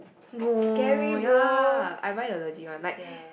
no ya I buy the legit one like